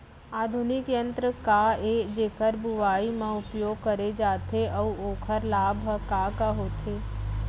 आधुनिक यंत्र का ए जेकर बुवाई म उपयोग करे जाथे अऊ ओखर लाभ ह का का होथे?